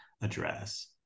address